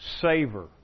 savor